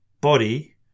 body